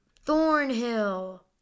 Thornhill